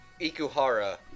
Ikuhara